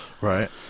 Right